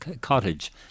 cottage